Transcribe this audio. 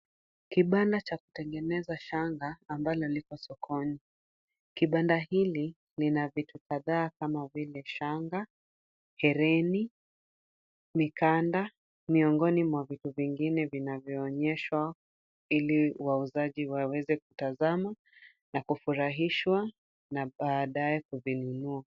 Kibanda cha kutengeneza shanga ambalo liko sokoni. Kibanda hili lina vitu kadhaa kama vile; shanga, hereni, mikanda miongoni mwa vitu vingine vinavyoonyeshwa ili wauzaji waweze kutazama na kufurahishwa na baadaye kuvinunua.